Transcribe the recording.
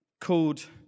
called